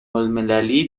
المللی